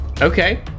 Okay